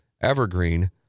Evergreen